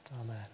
Amen